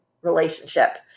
relationship